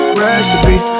recipe